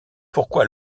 pourquoi